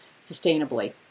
sustainably